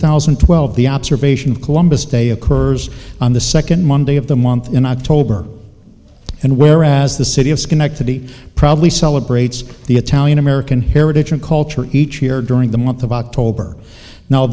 thousand and twelve the observation of columbus day occurs on the second monday of the month in october and whereas the city of schenectady probably celebrates the italian american heritage and culture each year during the month of october now